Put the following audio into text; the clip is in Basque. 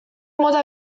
mota